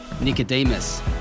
Nicodemus